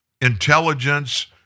intelligence